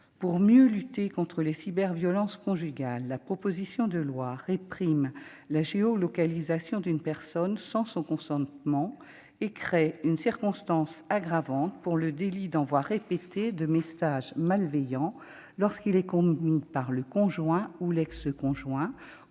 Pour mieux lutter contre les cyberviolences conjugales, la proposition de loi réprime la géolocalisation d'une personne sans son consentement et crée une circonstance aggravante pour le délit d'envoi répété de messages malveillants, lorsqu'il est commis par le conjoint ou l'ex-conjoint